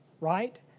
right